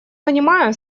понимаю